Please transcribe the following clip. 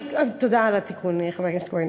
תודה על התיקון, חבר הכנסת כהן.